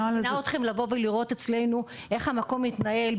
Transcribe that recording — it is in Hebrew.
הנוהל זה --- אני מזמינה אתכם לבוא ולראות אצלנו איך המקום מתנהל,